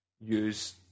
use